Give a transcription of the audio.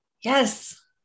Yes